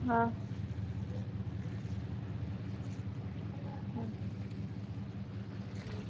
ಹಾಂ ಹ್ಞೂ ಹ್ಞೂ